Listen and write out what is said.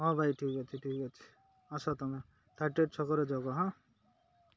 ହଁ ଭାଇ ଠିକ୍ ଅଛି ଠିକ୍ ଅଛି ଆସ ତମେ ଥାର୍ଟି ଏଇଟ୍ ଛକରେ ଜଗ ହଁ